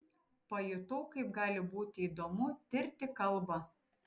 pajutau kaip gali būti įdomu tirti kalbą